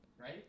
Right